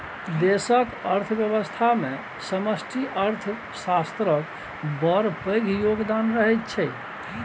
देशक अर्थव्यवस्थामे समष्टि अर्थशास्त्रक बड़ पैघ योगदान रहैत छै